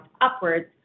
upwards